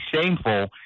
shameful